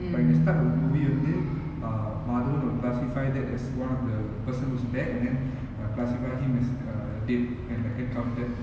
but at the start of the movie வந்து:vanthu uh maathavan will classify that as one of the person who's dead and then uh classify him as uh dead and make him